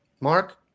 Mark